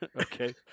Okay